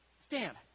Stand